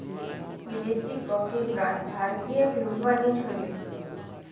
विदेशी coffee brands भारतीयेक लूटवा नी छोड़ बे